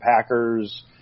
Packers